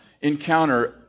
encounter